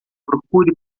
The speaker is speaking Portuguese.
procure